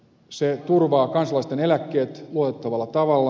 se turvaa kansalaisten eläkkeet luotettavalla tavalla